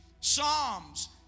Psalms